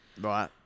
Right